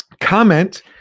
comment